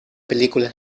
película